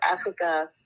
Africa